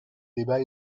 débat